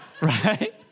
right